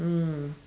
mm